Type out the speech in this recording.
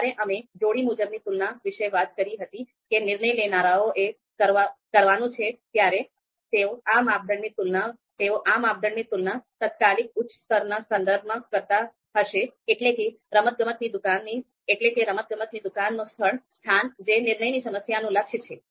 જ્યારે અમે જોડી મુજબની તુલના વિશે વાત કરી હતી કે નિર્ણય લેનારાઓએ કરવાનું છે ત્યારે તેઓ આ માપદંડોની તુલના તાત્કાલિક ઉચ્ચ સ્તરના સંદર્ભમાં કરતા હશે એટલે કે રમતગમતની દુકાનનું સ્થાન જે નિર્ણયની સમસ્યાનું લક્ષ્ય છે